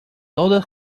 todos